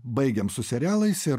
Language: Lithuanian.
baigėm su serialais ir